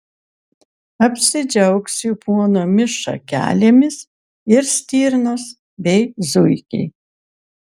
apsidžiaugs jų plonomis šakelėmis ir stirnos bei zuikiai